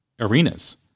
arenas